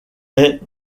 est